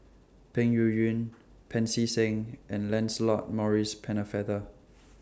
Peng Yuyun Pancy Seng and Lancelot Maurice Pennefather